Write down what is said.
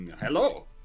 Hello